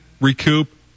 recoup